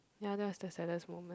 ya that's the saddest moment